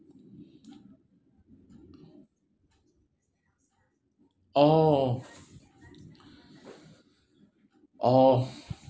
oh oh